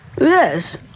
Yes